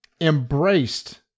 Embraced